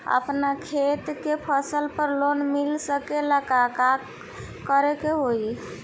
अपना खेत के फसल पर लोन मिल सकीएला का करे के होई?